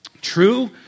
True